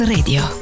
Radio